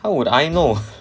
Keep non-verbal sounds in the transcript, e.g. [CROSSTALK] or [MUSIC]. how would I know [LAUGHS]